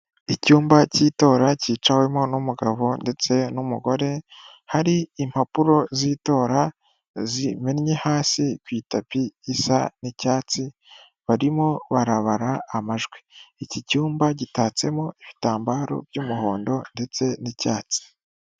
Icyumba cy'itora cyicawemo n'umugabo ndetse n'umugore, hari impapuro z'itora zimennye hasi ku itapi isa n'icyatsi, barimo barabara amajwi, iki cyumba gitatsemo ibitambaro by'umuhondo ndetse n'icyatsi.